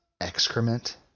excrement